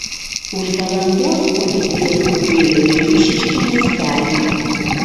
už valandos policija skubėjo į eišiškių miestelį